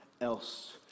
else